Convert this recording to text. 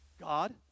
God